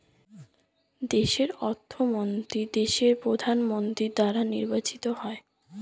দেশের অর্থমন্ত্রী দেশের প্রধানমন্ত্রী দ্বারা নির্বাচিত হয়